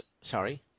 sorry